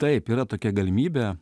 taip yra tokia galimybė